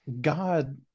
God